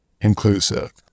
inclusive